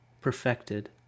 perfected